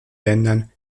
ländern